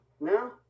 no